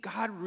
God